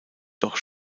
doch